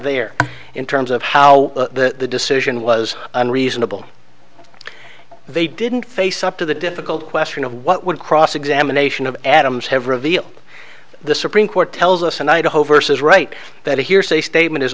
there in terms of how the decision was unreasonable they didn't face up to the difficult question of what would cross examination of adams have reveal the supreme court tells us and idaho versus right that hearsay statement is